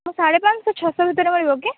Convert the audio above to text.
ସାଢ଼େ ପାଞ୍ଚଶହ ଛଅ ଶହ ଭିତରେ ରହିବ କି